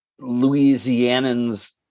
Louisianans